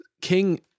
King